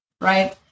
right